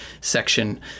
section